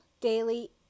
daily